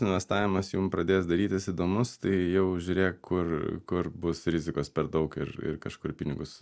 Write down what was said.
investavimas jum pradės darytis įdomus tai jau žiūrėk kur kur bus rizikos per daug ir ir kažkur pinigus